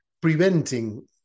preventing